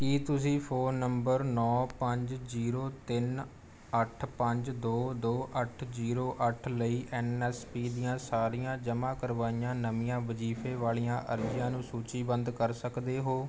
ਕੀ ਤੁਸੀਂ phone number ਨੌ ਪੰਜ ਜੀਰੋ ਤਿੰਨ ਅੱਠ ਪੰਜ ਦੋ ਦੋ ਅੱਠ ਜੀਰੋ ਅੱਠ ਲਈ ਐੱਨ ਐੱਸ ਪੀ ਦੀਆਂ ਸਾਰੀਆਂ ਜਮ੍ਹਾਂ ਕਰਵਾਈਆਂ ਨਵੀਆਂ ਵਜੀਫੇ ਵਾਲੀਆਂ ਅਰਜ਼ੀਆਂ ਨੂੰ ਸੂਚੀਬੰਦ ਕਰ ਸਕਦੇ ਹੋ